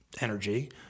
energy